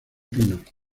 pinos